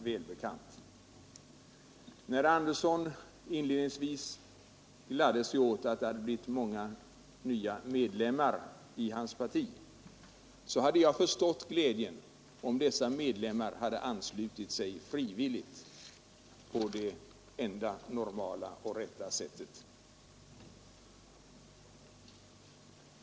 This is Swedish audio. När herr Sten Andersson inledningsvis gladde sig åt att hans parti fått många nya medlemmar, hade jag förstått glädjen om dessa medlemmar anslutit sig frivilligt på det enda normala och rätta sättet.